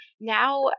now